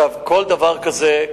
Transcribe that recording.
כל דבר כזה,